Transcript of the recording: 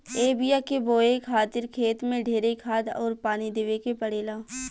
ए बिया के बोए खातिर खेत मे ढेरे खाद अउर पानी देवे के पड़ेला